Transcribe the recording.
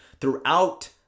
throughout